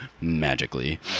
magically